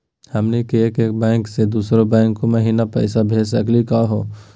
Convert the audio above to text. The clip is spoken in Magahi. हमनी के एक बैंको स दुसरो बैंको महिना पैसवा भेज सकली का हो?